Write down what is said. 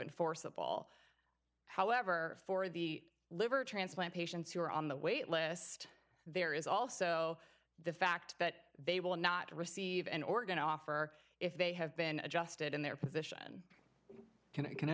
enforceable however for the liver transplant patients who are on the wait list there is also the fact that they will not receive an organ offer if they have been adjusted in their position can i